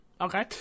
Okay